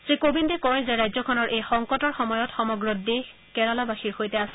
শ্ৰীকোবিন্দে কয় যে ৰাজ্যখনৰ এই সংকটৰ সময়ত সমগ্ৰ দেশ কেৰালাবাসীৰ সৈতে আছে